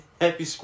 happy